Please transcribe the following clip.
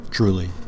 Truly